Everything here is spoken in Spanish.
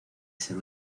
ser